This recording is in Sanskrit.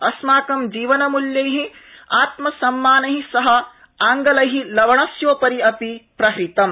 अस्माकं जीवनमूल्यै आत्मसम्मानै सह आंगलै लवणस्योपरि अपि प्रहृतम्